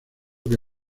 que